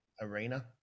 arena